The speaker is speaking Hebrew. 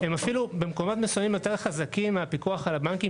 הם אפילו במקומות מסוימים יותר חזקים מהפיקוח על הבנקים,